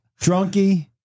Drunky